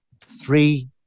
three